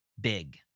big